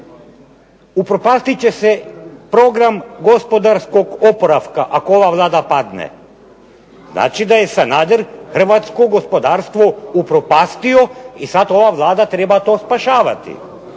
Upropastit će se program gospodarskog oporavka ako ova Vlada padne. Znači da je Sanader hrvatsko gospodarstvo upropastio i sad ova Vlada treba to spašavati.